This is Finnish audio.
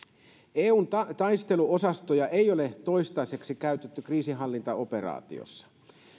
eun taisteluosastoja ei ole toistaiseksi käytetty kriisinhallintaoperaatiossa